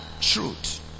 truth